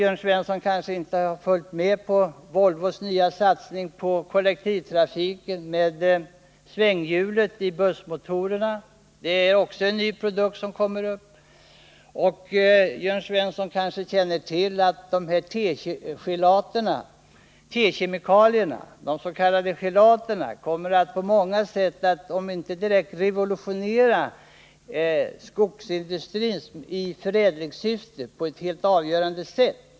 Jörn Svensson kanske inte har följt med i fråga om Volvos nya satsningar på kollektivtrafiken, med svänghjulet i bussmotorerna. Det är också en ny produkt som kommer. Men Jörn Svensson kanske känner till att T-kemikalierna, de s.k. gelaterna, kommer att om inte direkt revolutionera så dock påverka förädlingsprocessen inom skogsindustrin på ett helt avgörande sätt.